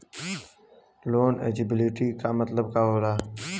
Loan eligibility का मतलब का होला?